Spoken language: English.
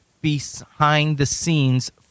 behind-the-scenes